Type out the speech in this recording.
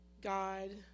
God